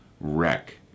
wreck